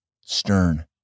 stern